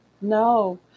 No